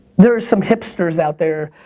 there are some hipsters out there,